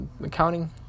accounting